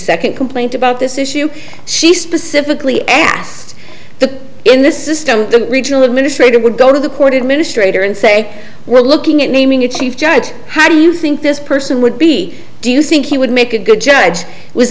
second complaint about this issue she specifically asked the in this system the regional administrator would go to the court administrator and say we're looking at naming a chief judge how do you think this person would be do you think he would make a good judge was